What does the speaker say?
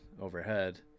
overhead